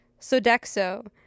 sodexo